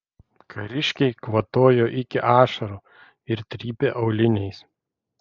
kariškiai kvatojo iki ašarų ir trypė auliniais